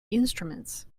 instruments